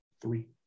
Three